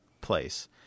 place